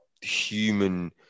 human